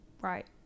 right